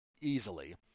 easily